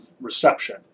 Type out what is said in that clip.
reception